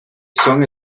son